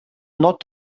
not